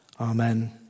Amen